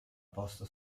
posto